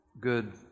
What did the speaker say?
good